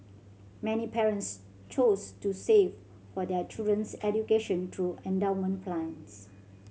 many parents chose to save for their children's education through endowment plans